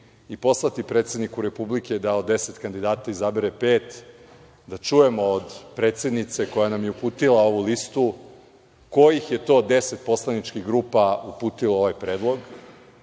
i poslati predsedniku Republike da od 10 kandidata izabere pet, da čujemo od predsednice koja nam je uputila ovu listu kojih je to 10 poslaničkih grupa uputilo ovaj predlog,